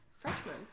freshman